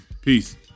Peace